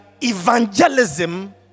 evangelism